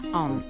on